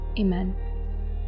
Amen